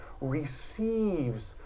receives